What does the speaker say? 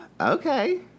Okay